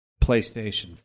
PlayStation